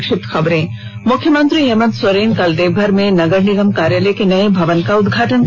संक्षिप्त खबरें मुख्यमंत्री हेमंत सोरेन कल देवघर में नगर निगम कार्यालय के नये भवन का उदघाटन करेंगे